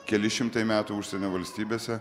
keli šimtai metų užsienio valstybėse